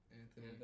Anthony